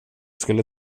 skulle